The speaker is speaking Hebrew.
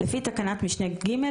לפי תקנת משנה (ג),